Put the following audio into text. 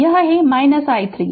तो यह है i 3